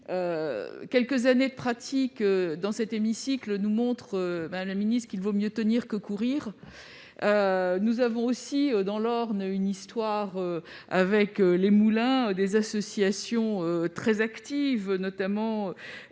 quelques années de pratique dans cet hémicycle nous montrent, madame la ministre, qu'il vaut mieux tenir que courir. Nous avons aussi, dans l'Orne, une histoire avec les moulins. Certaines associations sont très actives, notamment